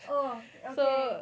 oh okay